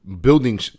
building